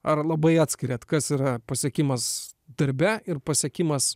ar labai atskiriate kas yra pasiekimas darbe ir pasiekimas